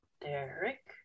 Derek